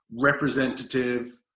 representative